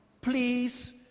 Please